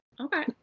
Okay